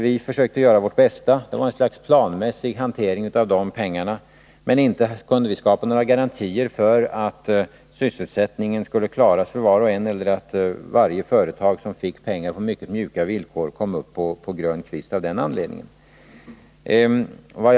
Vi försökte göra vårt bästa, och det var ett slags planmässig hantering av dessa pengar. Men inte kunde vi skapa några garantier för att sysselsättningen skulle klaras för var och en eller för att varje företag som, på mycket mjuka villkor, fick pengar av den anledningen skulle komma på grön kvist.